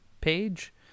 page